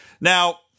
Now